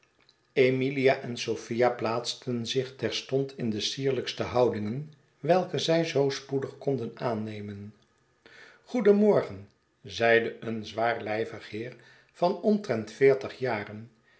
emilia en sophia plaatsten zich terstond in de sierlijkste houdingen welke zij zoo spoedig konden aannemen goedenmorgen zeide een zwaarlijvig heer van omtrent veertig jaren